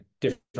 different